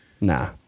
Nah